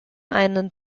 einen